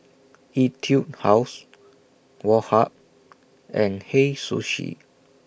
Etude House Woh Hup and Hei Sushi